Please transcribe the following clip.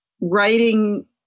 writing